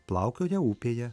plaukioja upėje